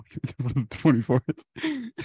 24th